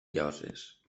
lloses